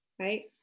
right